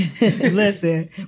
Listen